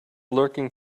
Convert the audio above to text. lurking